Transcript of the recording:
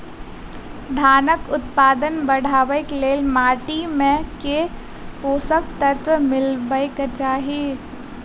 धानक उत्पादन बढ़ाबै लेल माटि मे केँ पोसक तत्व मिलेबाक चाहि?